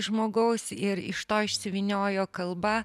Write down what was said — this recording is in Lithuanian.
žmogaus ir iš to išsivyniojo kalba